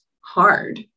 hard